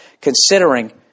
Considering